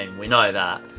and we know that,